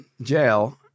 jail